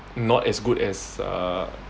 not as good as err